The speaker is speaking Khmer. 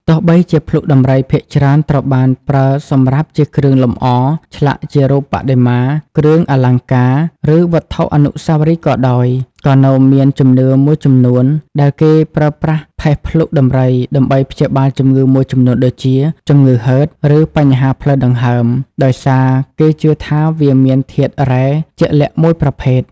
ទោះបីជាភ្លុកដំរីភាគច្រើនត្រូវបានប្រើសម្រាប់ជាគ្រឿងលម្អ ឆ្លាក់ជារូបបដិមា គ្រឿងអលង្ការ ឬវត្ថុអនុស្សាវរីយ៍ក៏ដោយ ក៏នៅមានជំនឿមួយចំនួនដែលគេប្រើប្រាស់ផេះភ្លុកដំរីដើម្បីព្យាបាលជំងឺមួយចំនួនដូចជា ជំងឺហឺត ឬបញ្ហាផ្លូវដង្ហើម ដោយសារគេជឿថាវាមានធាតុរ៉ែជាក់លាក់មួយប្រភេទ។